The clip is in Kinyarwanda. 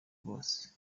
bose